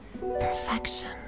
perfection